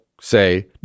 say